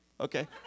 okay